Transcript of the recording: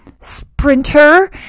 sprinter